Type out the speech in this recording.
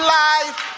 life